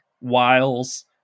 Wiles